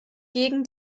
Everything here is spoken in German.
gegen